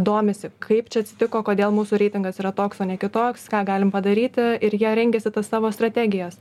domisi kaip čia atsitiko kodėl mūsų reitingas yra toks o ne kitoks ką galim padaryti ir jie rengiasi tas savo strategijas